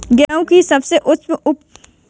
गेहूँ की सबसे उच्च उपज बाली किस्म कौनसी है?